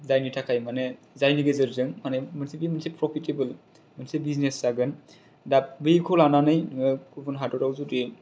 जायनि थाखाय माने जायनि गेजेरजों माने मोनसे बे मोनसे फ्रफिथेबोल मोनसे बिजिनेस जागोन दा बैखौ लानानै नोङो गुबुन हादराव जुदि